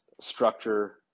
structure